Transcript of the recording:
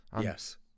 yes